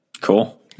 Cool